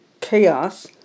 chaos